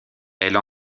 elle